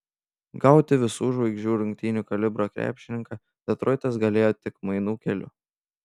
gauti visų žvaigždžių rungtynių kalibro krepšininką detroitas galėjo tik mainų keliu